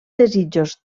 desitjos